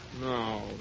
No